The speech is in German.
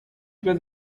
über